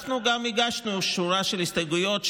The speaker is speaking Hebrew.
אנחנו גם הגשנו שורה של הסתייגויות,